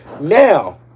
Now